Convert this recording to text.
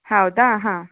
ಹೌದಾ ಹಾಂ